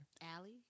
Allie